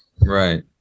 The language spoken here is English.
right